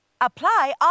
Apply